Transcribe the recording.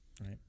right